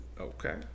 Okay